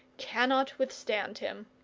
cannot withstand him.